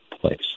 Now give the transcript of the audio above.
place